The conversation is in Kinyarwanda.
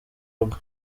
rugo